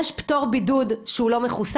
פטורי בידוד